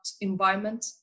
environment